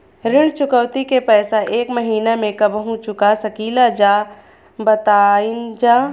ऋण चुकौती के पैसा एक महिना मे कबहू चुका सकीला जा बताईन जा?